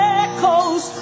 echoes